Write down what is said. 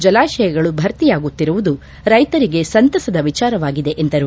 ಜಲಾಶಯಗಳು ಭರ್ತಿಯಾಗುತ್ತಿರುವುದು ರೈತರಿಗೆ ಸಂತಸದ ವಿಚಾರವಾಗಿದೆ ಎಂದರು